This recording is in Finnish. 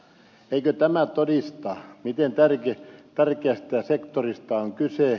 eikö tämä todista miten tärkeästä sektorista on kyse